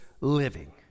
living